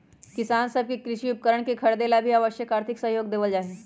किसान सब के कृषि उपकरणवन के खरीदे ला भी आवश्यक आर्थिक सहयोग देवल जाहई